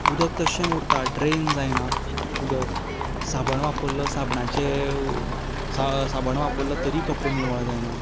उदक तशें उरता ड्रॅन जायना उदक साबण वापरलो साबणाचें साबण वापरलो तरीय कपडे निवळ जायनात